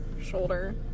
shoulder